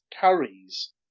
carries